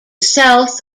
south